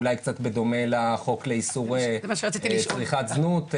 אולי קצת בדומה לחוק לאיסור צריכת זנות,